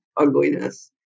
ugliness